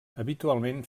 habitualment